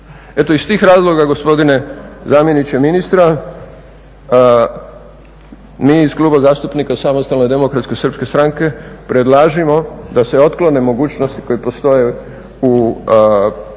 Eto iz tih razloga gospodine zamjeniče ministra mi iz Kluba zastupnika SDSS-a predlažemo da se otklone mogućnosti koje postoje u prijedlogu